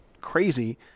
crazy